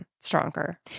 stronger